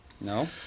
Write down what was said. No